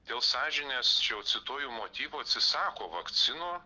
dėl sąžinės čia jau cituoju motyvų atsisako vakcinų